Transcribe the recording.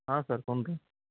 ہاں sir phone